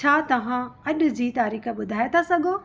छा तव्हां अॼु जी तारीख़ ॿुधाए था सघो